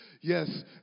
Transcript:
yes